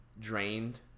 drained